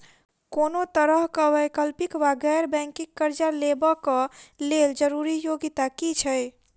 कोनो तरह कऽ वैकल्पिक वा गैर बैंकिंग कर्जा लेबऽ कऽ लेल जरूरी योग्यता की छई?